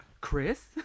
Chris